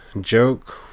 joke